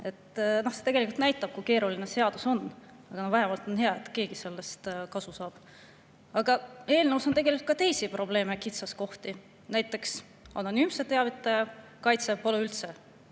See tegelikult näitab, kui keeruline see seadus on, aga vähemalt on hea, et keegi sellest kasu saab. Eelnõus on tegelikult ka teisi probleeme, kitsaskohti. Näiteks anonüümse teavitaja kaitse pole üldse,